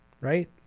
Right